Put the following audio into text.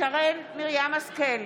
שרן מרים השכל,